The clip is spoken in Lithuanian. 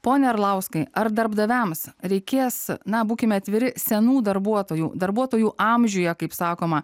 pone arlauskai ar darbdaviams reikės na būkime atviri senų darbuotojų darbuotojų amžiuje kaip sakoma